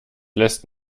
lässt